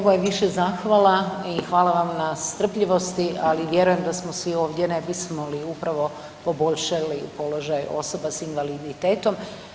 Ovo je više zahvala i hvala vam na strpljivosti, ali vjerujem da smo svi ovdje ne bismo li upravo poboljšali položaj osoba s invaliditetom.